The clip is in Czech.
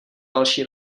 další